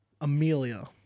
Amelia